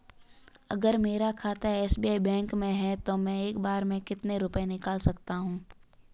अगर मेरा खाता एस.बी.आई बैंक में है तो मैं एक बार में कितने रुपए निकाल सकता हूँ?